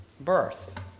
birth